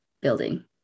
building